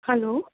hello